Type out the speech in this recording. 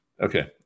Okay